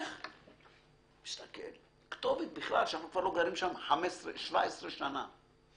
ראיתי בכלל כתובת שלא גרנו בה 17 שנה.